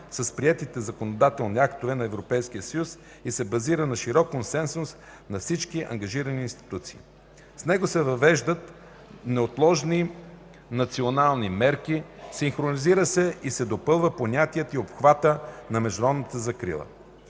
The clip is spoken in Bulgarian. с приетите законодателни актове на Европейския съюз и се базира на широк консенсус на всички ангажирани институции. С него се въвеждат неотложни национални мерки, синхронизират се и се допълват понятията и обхватът на международната закрила.